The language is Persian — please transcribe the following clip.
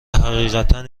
حقیقتا